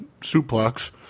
suplex